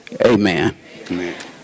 Amen